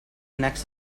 connects